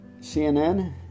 CNN